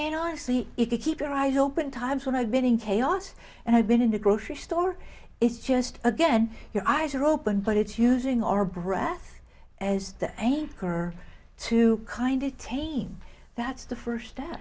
and honestly if you keep your eyes open times when i've been in chaos and i've been in a grocery store it's just again your eyes are open but it's using our breath as the anchor to kind attain that's the first